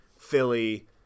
Philly